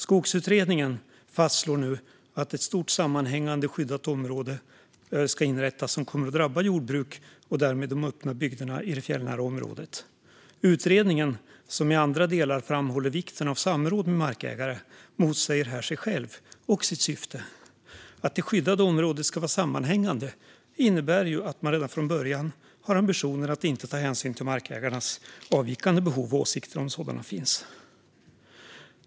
Skogutredningen fastslår nu att ett stort sammanhängande skyddat område ska inrättas som kommer att drabba jordbruket och därmed de öppna bygderna i det fjällnära området. Utredningen, som i andra delar framhåller vikten av samråd med markägare, motsäger här sig själv och sitt syfte. Att det skyddade området ska vara sammanhängande innebär ju att man redan från början har ambitionen att inte ta hänsyn till markägarnas avvikande behov och åsikter om sådana finns.